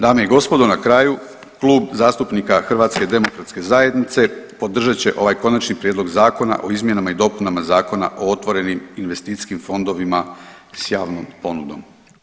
Dame i gospodo na kraju Klub zastupnika HDZ-a podržat će ovaj Konačni prijedlog zakona o izmjenama i dopunama Zakona o otvorenim investicijskim fondovima s javnom ponudom.